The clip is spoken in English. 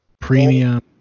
Premium